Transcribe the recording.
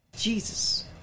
Jesus